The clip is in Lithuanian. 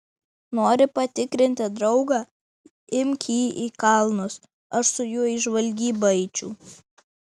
nori patikrinti draugą imk jį į kalnus aš su juo į žvalgybą eičiau